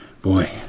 Boy